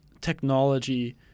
technology